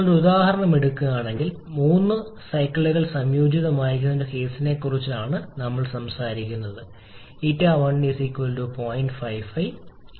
നിങ്ങൾ ഒരു ഉദാഹരണം എടുക്കുകയാണെങ്കിൽ മൂന്ന് സൈക്കിളുകൾ സംയോജിതമായിരിക്കുന്ന ഒരു കേസിനെക്കുറിച്ചാണ് ഞങ്ങൾ സംസാരിക്കുന്നത് η1 0